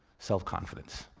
self-confidence.